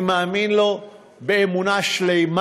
אני מאמין לו באמונה שלמה